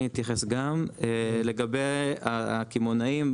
לגבי הקמעונאים,